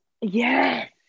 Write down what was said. Yes